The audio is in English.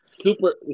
Super